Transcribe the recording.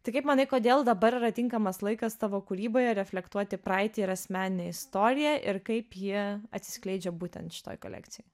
tai kaip manai kodėl dabar yra tinkamas laikas tavo kūryboje reflektuoti praeitį ir asmeninę istoriją ir kaip ji atsiskleidžia būtent šitoj kolekcijoj